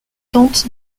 tente